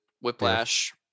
whiplash